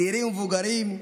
צעירים ומבוגרים,